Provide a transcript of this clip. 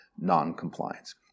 non-compliance